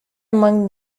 among